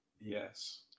Yes